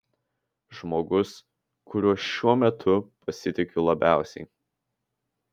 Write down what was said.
žmogus kuriuo šiuo metu pasitikiu labiausiai